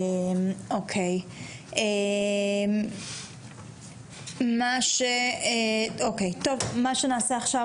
מה שנעשה עכשיו,